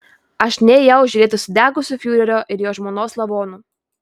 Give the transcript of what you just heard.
aš nėjau žiūrėti sudegusių fiurerio ir jo žmonos lavonų